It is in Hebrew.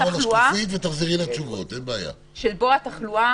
שבו התחלואה,